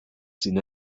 scene